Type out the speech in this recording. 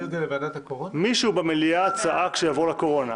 מישהו במליאה צעק שיעבור לקורונה.